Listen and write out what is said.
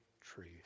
truth